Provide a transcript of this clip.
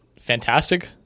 fantastic